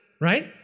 Right